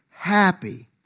happy